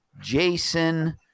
Jason –